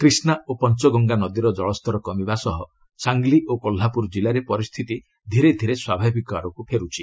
କ୍ରିଷ୍ଣା ଓ ପଞ୍ଚଗଙ୍ଗା ନଦୀର ଜଳସ୍ତର କମିବା ସହ ସାଙ୍ଗଲି ଓ କୋହ୍ଲାପୁର ଜିଲ୍ଲାରେ ପରିସ୍ଥିତି ଧୀରେ ଧୀରେ ସ୍ୱାଭାବିକ ଆଡ଼କୁ ଫେରୁଛି